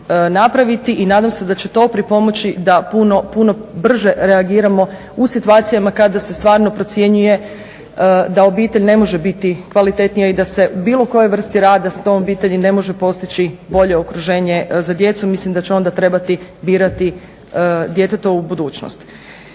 i nadam se da će to pripomoći da puno, puno brže reagiramo u situacijama kada se stvarno procjenjuje da obitelj ne može biti kvalitetnija i da se u bilo kojoj vrsti rada s tom obitelji ne može postići bolje okruženje za djecu. Mislim da će onda trebati birati djetetovu budućnost.